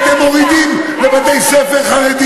איפה אתה היית, כי אתם מורידים לבתי-ספר חרדיים?